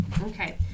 Okay